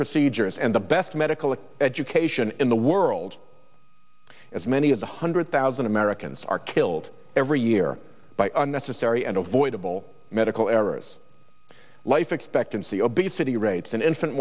procedures and the best medical education in the world as many as one hundred thousand americans are killed every year by unnecessary and avoidable medical errors life expectancy obesity rates and infant